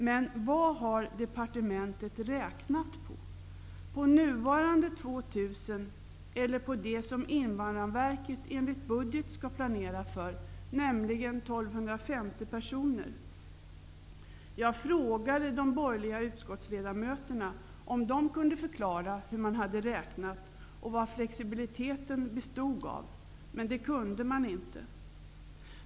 Men vad har departementet räknat på -- på nuvarande 2 000 eller på det som Invandrarverket enligt budget skall planera för, nämligen 1 250 personer? Jag frågade de borgerliga utskottsledamöterna om de kunde förklara hur man hade räknat och vad flexibiliteten bestod i, men det kunde de inte förklara.